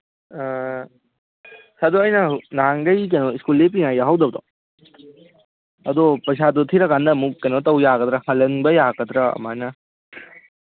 ꯑꯗꯣ ꯑꯩꯅ ꯅꯍꯥꯟꯗꯒꯤ ꯀꯩꯅꯣ ꯁ꯭ꯀꯨꯜ ꯂꯦꯞꯄꯤꯉꯥꯏ ꯌꯥꯎꯍꯧꯗꯕꯗꯣ ꯑꯗꯣ ꯄꯩꯁꯥꯗꯣ ꯊꯤꯔꯀꯥꯟꯗ ꯑꯃꯨꯛ ꯀꯩꯅꯣ ꯇꯧ ꯌꯥꯒꯗ꯭ꯔꯥ ꯍꯜꯍꯟꯕ ꯌꯥꯒ꯭ꯔꯥ ꯑꯗꯨꯃꯥꯏꯅ